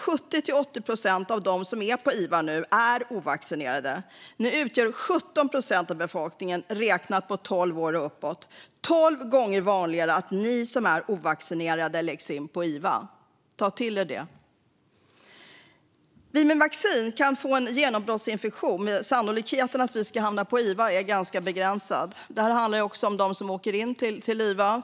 70-80 procent av dem som är på iva nu är ovaccinerade. Ni som inte är vaccinerade utgör 17 procent av befolkningen räknat på tolv år och uppåt. Det är tolv gånger vanligare att ni som är ovaccinerade läggs in på iva. Ta till er det! Vi med vaccin kan få en genombrottsinfektion, men sannolikheten att vi ska hamna på iva är begränsad. Det handlar också om dem som åker in till iva.